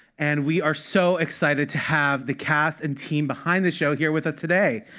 and we are so excited to have the cast and team behind the show here with us today.